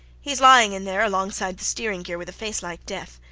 hes lying in there alongside the steering-gear with a face like death.